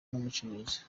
n’umucuruzi